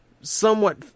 somewhat